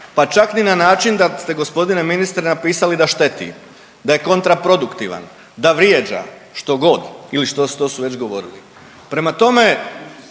pa čak ni na način da ste gospodine ministre napisali da šteti, da je kontra produktivan, da vrijeđa što god ili što su već govorili.